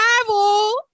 travel